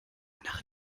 anderen